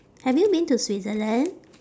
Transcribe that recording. have you been to switzerland